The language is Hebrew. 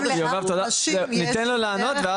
יובב תודה, ניתן לו לענות.